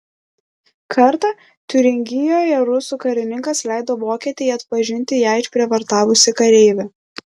kartą tiuringijoje rusų karininkas leido vokietei atpažinti ją išprievartavusį kareivį